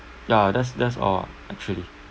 ya that's that's all ah actually